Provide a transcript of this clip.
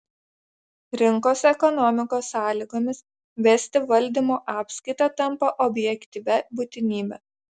rinkos ekonomikos sąlygomis vesti valdymo apskaitą tampa objektyvia būtinybe